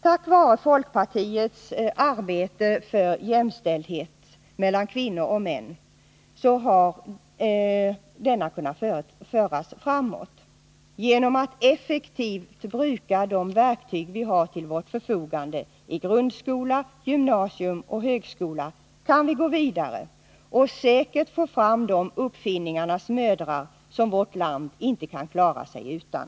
Tack vare folkpartiets arbete för jämställdhet mellan kvinnor och män har jämställdheten kunnat föras framåt. Genom att effektivt bruka de verktyg vi har till vårt förfogande i grundskola, gymnasium och högskola kan vi gå vidare och säkerligen få fram de uppfinningarnas mödrar som vi inte kan klara oss utan.